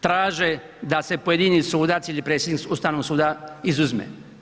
Traže da se pojedini sudac ili predsjednik Ustavnog suda izuzme.